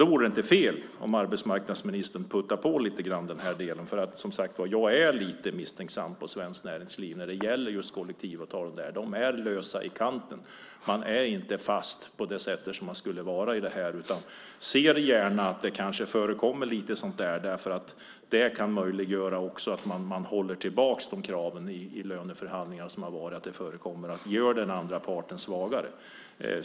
Då vore det inte fel om arbetsmarknadsministern puttade på lite grann i den här delen, för jag är som sagt var lite misstänksam mot Svenskt Näringsliv när det gäller just kollektivavtal. Där är det löst i kanten. Man är inte fast på det sätt som man borde vara utan ser kanske gärna att det förekommer lite sådant där, därför att det kan möjliggöra att kraven hålls tillbaka i löneförhandlingar på det sätt som har förekommit och som gjort den andra parten svagare.